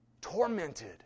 Tormented